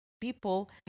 people